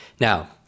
Now